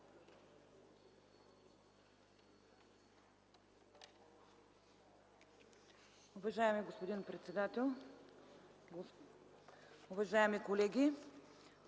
уважаеми колеги!